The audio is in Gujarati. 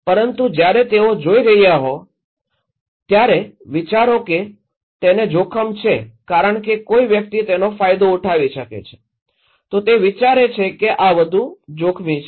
પરંતુ જ્યારે તેઓ જોઈ રહ્યા હોય ત્યારે વિચારો કે તેને જોખમ છે કારણ કે કોઈ વ્યક્તિ તેનો ફાયદો ઉઠાવી રહ્યો છે તો તે વિચારે છે કે આ વધુ જોખમી છે